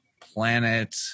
planet